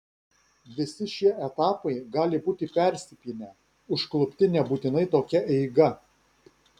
visi šie etapai gali būti persipynę užklupti nebūtinai tokia eiga